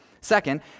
Second